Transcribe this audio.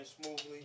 smoothly